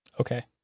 Okay